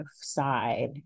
side